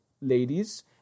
ladies